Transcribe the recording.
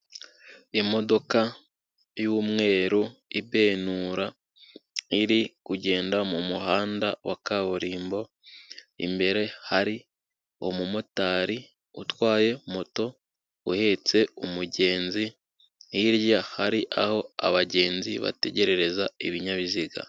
Imodoka y'umweru ibenura iri kugenda mu muhanda wa kaburimbo, imbere hari umumotari utwaye moto uhetse umugenzi hirya hari aho abagenzi bategerereza ibinyabiziga.